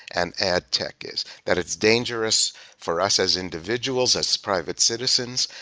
and ad tech is, that it's dangerous for us as individuals, as private citizens,